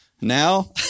Now